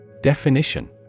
Definition